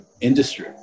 industry